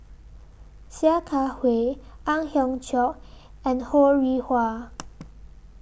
Sia Kah Hui Ang Hiong Chiok and Ho Rih Hwa